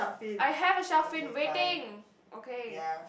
I have a shark fin waiting okay